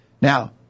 Now